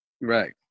Right